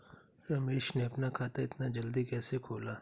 रमेश ने अपना खाता इतना जल्दी कैसे खोला?